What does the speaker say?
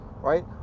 right